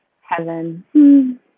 heaven